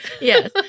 Yes